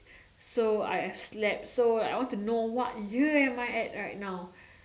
so I slept so I want to know what year am I at now